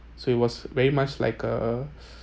so it was very much like a